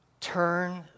turn